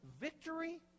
victory